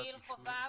גיל חובב,